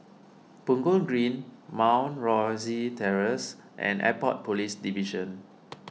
Punggol Green Mount Rosie Terrace and Airport Police Division